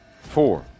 four